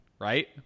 right